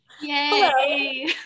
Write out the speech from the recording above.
Yay